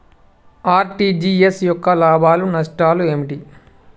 RTGS యొక్క లాభాలు నష్టాలు ఏమిటి?